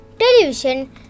television